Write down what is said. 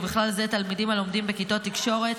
ובכלל זה תלמידים הלומדים בכיתות תקשורת,